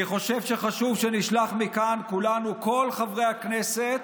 אני חושב שחשוב שנשלח מכאן, כולנו, כל חברי הכנסת,